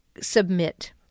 submit